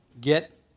Get